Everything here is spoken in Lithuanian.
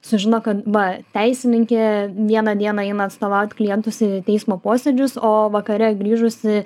sužino kad va teisininkė vieną dieną eina atstovaut klientus į teismo posėdžius o vakare grįžusi